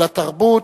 על התרבות,